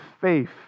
faith